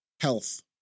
health